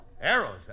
Arrows